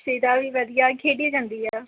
ਇਹਦਾ ਵੀ ਵਧੀਆ ਖੇਡੀ ਜਾਂਦੀ ਆ